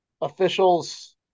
officials